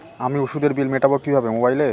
আমি ওষুধের বিল মেটাব কিভাবে মোবাইলে?